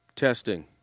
Testing